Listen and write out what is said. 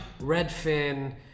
redfin